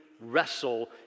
wrestle